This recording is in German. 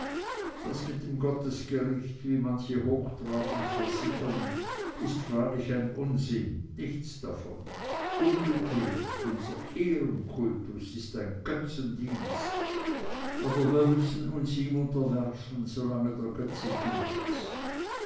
das mit dem gottesgericht wie manche hochtrabend versichern ist freilich ein unsinn nichts davon umgekehrt unser ehrenkultus ist ein götzendienst aber wir müssen uns ihm unterwerfen solange der götze gilt